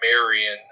Marion